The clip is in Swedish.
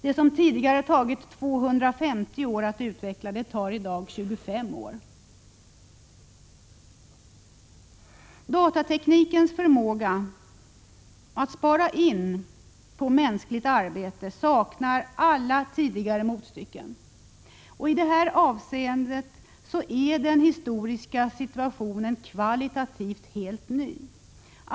Det som tidigare tagit 250 år att utveckla tar i dag 25 år. Datateknikens förmåga att spara in på mänskligt arbete saknar tidigare motstycken. I detta avseende är situationen historiskt sett helt ny.